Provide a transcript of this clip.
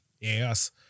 yes